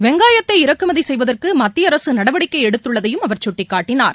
வெங்காயத்தை இறக்குமதிசெய்வதற்குமத்திய அரசுநடவடிக்கைஎடுத்துள்ளதையும் அவர் சுட்டிக்காட்டினார்